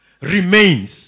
Remains